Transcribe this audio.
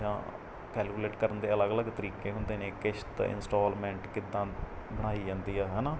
ਜਾਂ ਕੈਲਕੂਲੇਟ ਕਰਨ ਦੇ ਅਲੱਗ ਅਲੱਗ ਤਰੀਕੇ ਹੁੰਦੇ ਨੇ ਕਿਸ਼ਤ ਇੰਸਟੋਲਮੈਂਟ ਕਿੱਦਾਂ ਬਣਾਈ ਜਾਂਦੀ ਹੈ ਹੈਨਾ